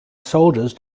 soldiers